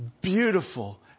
beautiful